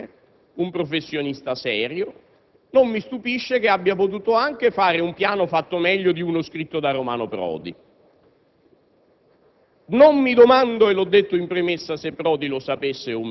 Io stimo Rovati, che ho avuto l'opportunità di conoscere, un professionista serio, non mi stupisce che abbia potuto anche redigere un piano fatto meglio di uno scritto da Romano Prodi.